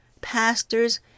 Pastors